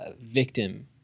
victim